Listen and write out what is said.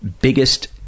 biggest